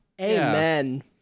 Amen